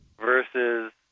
versus